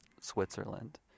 Switzerland